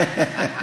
פה?